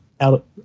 out